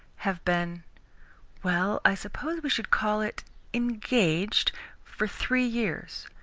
have been well, i suppose we should call it engaged for three years.